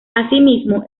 asimismo